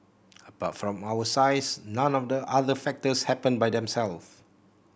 apart from our size none of the other factors happened by themselves